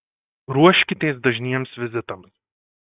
ruoškitės dažniems vizitams